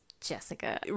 Jessica